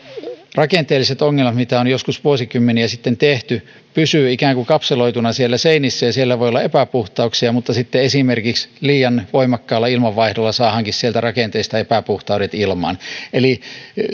rakenteelliset ongelmat mitä on joskus vuosikymmeniä sitten tehty pysyvät ikään kuin kapseloituina siellä seinissä ja siellä voi olla epäpuhtauksia mutta sitten esimerkiksi liian voimakkaalla ilmanvaihdolla saadaankin sieltä rakenteista epäpuhtaudet ilmaan eli